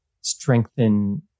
strengthen